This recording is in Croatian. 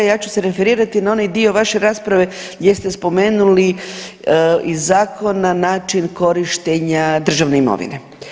Ja ću se referirati na onaj dio vaše rasprave gdje ste spomenuli iz zakona način korištenja državne imovine.